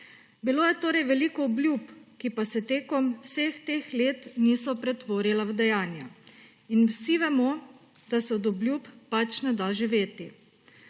Bilo je torej veliko obljub, ki pa se tekom vseh teh let niso pretvorile v dejanja. Vsi vemo, da se od obljub pač ne da živeti.